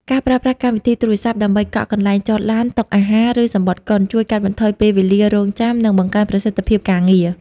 ការប្រើប្រាស់កម្មវិធីទូរស័ព្ទដើម្បីកក់កន្លែងចតឡាន តុអាហារ ឬសំបុត្រកុន ជួយកាត់បន្ថយពេលវេលារង់ចាំ និងបង្កើនប្រសិទ្ធភាពការងារ។